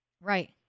Right